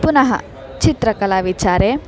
पुनः चित्रकलाविचारे